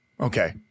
Okay